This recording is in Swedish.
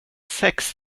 sex